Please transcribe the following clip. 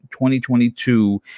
2022